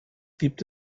gibt